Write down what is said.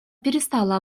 перестала